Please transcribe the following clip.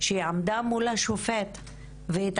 שהיא עמדה מול השופט והתעקשה,